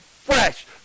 fresh